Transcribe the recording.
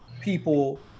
people